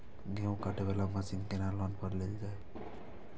गेहूँ काटे वाला मशीन केना लोन पर लेल जाय?